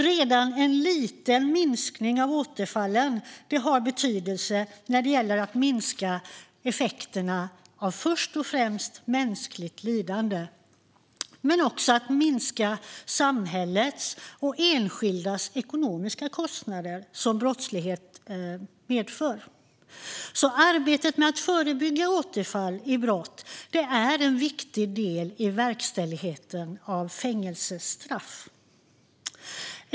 Redan en liten minskning av återfallen har betydelse för att minska effekterna av först och främst mänskligt lidande men också de ekonomiska kostnader för samhället och enskilda som brottslighet medför. Arbetet med att förebygga återfall i brott är alltså en viktig del i verkställigheten av fängelsestraff.